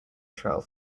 trail